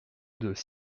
deux